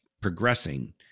progressing